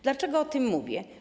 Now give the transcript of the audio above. Dlaczego o tym mówię?